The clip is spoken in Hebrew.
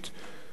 לפיכך,